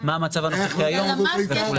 מה המצב הנוכחי היום וכו'.